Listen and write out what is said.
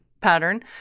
pattern